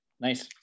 Nice